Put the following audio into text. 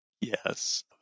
yes